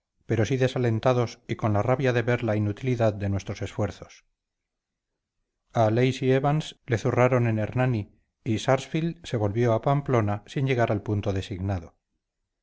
pero sí desalentados y con la rabia de ver la inutilidad de nuestros esfuerzos a lacy evans le zurraron en hernani y sarsfield se volvió a pamplona sin llegar al punto designado